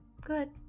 Good